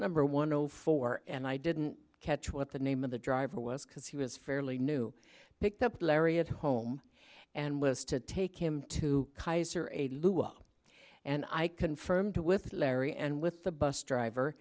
number one o four and i didn't catch what the name of the driver was because he was fairly new picked up larry at home and was to take him to kaiser eighty and i confirmed with larry and with the bus driver